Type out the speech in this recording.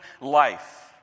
life